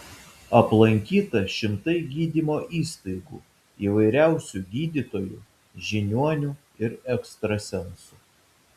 aplankyta šimtai gydymo įstaigų įvairiausių gydytojų žiniuonių ir ekstrasensų